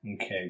Okay